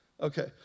Okay